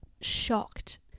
shocked